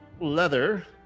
leather